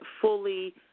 fully